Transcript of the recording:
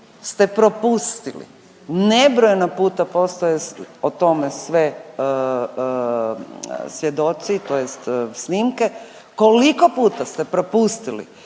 ste propustili nebrojeno puta postoje o tome sve svjedoci tj. snimke koliko puta ste propustili